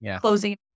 closing